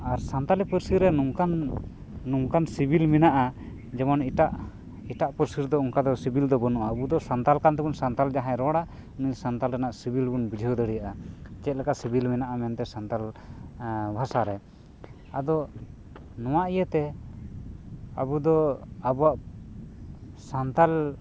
ᱟᱨ ᱥᱟᱱᱛᱟᱲᱤ ᱯᱟᱹᱨᱥᱤ ᱨᱮ ᱱᱚᱝᱠᱟᱱ ᱱᱚᱝᱠᱟᱱ ᱥᱤᱵᱤᱞ ᱢᱮᱱᱟᱜᱼᱟ ᱡᱮᱢᱚᱱ ᱮᱴᱟᱜ ᱮᱴᱟᱜ ᱯᱟᱹᱨᱥᱤ ᱚᱝᱠᱟ ᱫᱚ ᱥᱤᱵᱤᱞ ᱫᱚ ᱵᱟᱱᱩᱜᱼᱟ ᱟᱵᱚ ᱫᱚ ᱥᱟᱱᱛᱟᱲ ᱠᱟᱱ ᱛᱮᱵᱚᱱ ᱥᱟᱱᱛᱟᱲ ᱡᱟᱦᱟᱸᱭ ᱨᱚᱲᱟ ᱩᱱᱤ ᱥᱟᱱᱛᱟᱲ ᱨᱮᱭᱟᱜ ᱥᱤᱵᱤᱞ ᱵᱚᱱ ᱵᱩᱡᱷᱟᱹᱣ ᱫᱟᱲᱮᱭᱟᱜᱼᱟ ᱪᱮᱫ ᱞᱮᱠᱟ ᱥᱤᱵᱤᱞ ᱢᱮᱱᱟᱜᱼᱟ ᱢᱮᱱᱛᱮ ᱥᱟᱱᱛᱟᱲ ᱵᱷᱟᱥᱟ ᱨᱮ ᱟᱫᱚ ᱱᱚᱶᱟ ᱤᱭᱟᱹᱛᱮ ᱟᱵᱚ ᱫᱚ ᱟᱵᱚᱣᱟᱜ ᱥᱟᱱᱛᱟᱲ